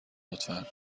لطفا